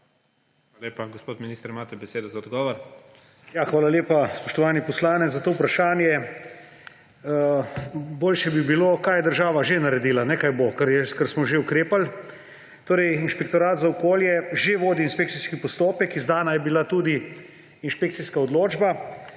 Hvala lepa. Gospod minister, imate besedo za odgovor. **MAG. ANDREJ VIZJAK:** Hvala lepa, spoštovani poslanec, za to vprašanje. Boljše bi bilo, kaj je država že naredila, ne kaj bo, ker smo že ukrepali. Inšpektorat za okolje že vodi inšpekcijski postopek. V tem primeru je bila izdana tudi inšpekcijska odločba.